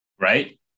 Right